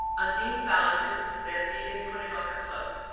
undine found mrs. van degen putting on her cloak.